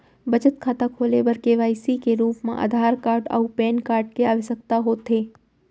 बचत खाता खोले बर के.वाइ.सी के रूप मा आधार कार्ड अऊ पैन कार्ड के आवसकता होथे